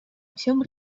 всем